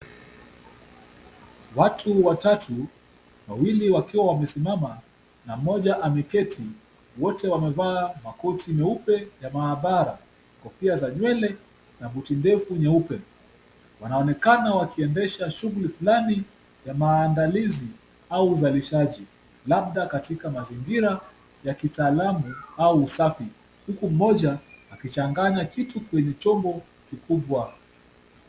Watu watatu, wawili wakiwa wamesimama na mmoja ameketi. Wote wamevaa makoti meupe ya maabara, kofia za nywele na buti ndefu nyeupe. Wanaonekana wakiendesha shughuli fulani ya maandalizi au uzalishaji, labda katika mazingira ya kitaalamu au usafi, huku mmoja akichanganya kitu kwenye chombo kikubwa.